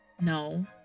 No